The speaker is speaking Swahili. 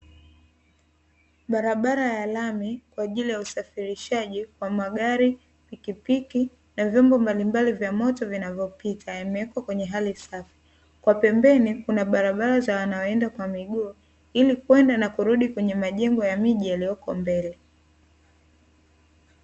Barabara ya lami kwaajili ya usafirishaji wa magari, pikipiki na vyombo mbalimbali vya moto vinavyo pita yamewekwa kwenye hali safi, kwa pembeni kuna barabara za wanaoenda kwa miguu ili kwenda na kurudi kwenye majengo ya miji iliyoko mbele.